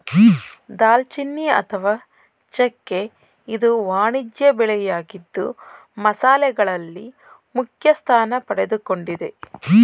ದಾಲ್ಚಿನ್ನಿ ಅಥವಾ ಚೆಕ್ಕೆ ಇದು ವಾಣಿಜ್ಯ ಬೆಳೆಯಾಗಿದ್ದು ಮಸಾಲೆಗಳಲ್ಲಿ ಮುಖ್ಯಸ್ಥಾನ ಪಡೆದುಕೊಂಡಿದೆ